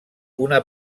una